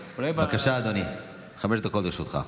אולי, בבקשה, אדוני, חמש דקות לרשותך.